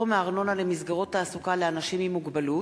22) (פטור מארנונה למסגרות תעסוקה לאנשים עם מוגבלות),